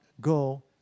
go